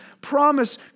promise